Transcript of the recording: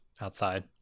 outside